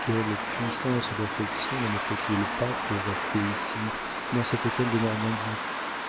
quelle puissance d'affection ne me faut-il pas pour rester ici dans cet hôtel de normandie